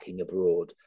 abroad